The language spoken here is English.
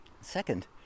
Second